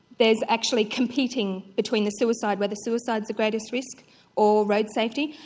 there's actually competing between the suicide, whether suicide is the greatest risk or road safety.